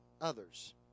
others